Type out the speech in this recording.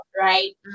Right